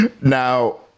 Now